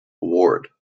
ward